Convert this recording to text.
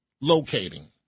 locating